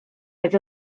oedd